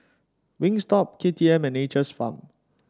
Wingstop K T M and Nature's Farm